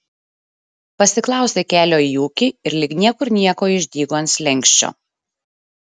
pasiklausė kelio į ūkį ir lyg niekur nieko išdygo ant slenksčio